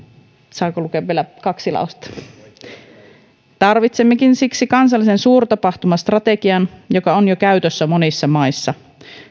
saanko lukea vielä kaksi lausetta voitte jatkaa tarvitsemmekin siksi kansallisen suurtapahtumastrategian joka on jo käytössä monissa maissa